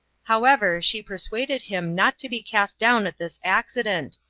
however, she persuaded him not to be cast down at this accident,